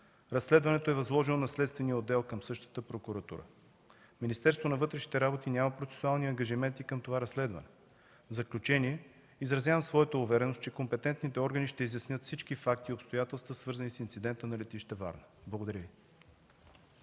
Разследването е възложено на следствения отдел към същата прокуратура. Министерството на вътрешните работи няма процесуални ангажименти към това разследване. В заключение, изразявам своята увереност, че компетентните органи ще изяснят всички факти и обстоятелства, свързани с инцидента на летище Варна. Благодаря.